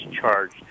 charged